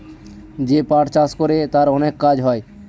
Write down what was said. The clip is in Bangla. যে পাট চাষ করে তার অনেক কাজ হয়